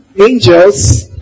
Angels